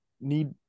need